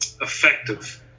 effective